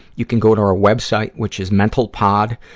you can go to our web site, which is mentalpod.